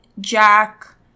Jack